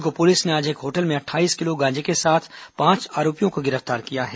दुर्ग police ने आज एक होटल से अट्ठाईस किलो गांजे के साथ पांच आरोपियों को गिरफ्तार किया है